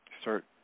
start